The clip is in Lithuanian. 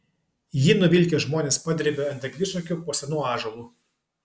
jį nuvilkę žmonės padrėbė ant eglišakių po senu ąžuolu